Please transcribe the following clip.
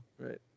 right